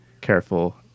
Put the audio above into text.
careful